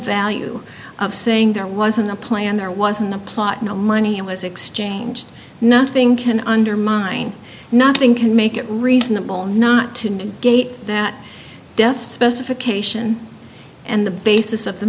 value of saying there wasn't a plan there wasn't a plot no money was exchanged nothing can undermine nothing can make it reasonable not to negate that death specification and the basis of the